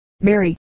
Mary